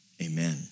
Amen